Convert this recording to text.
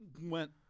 went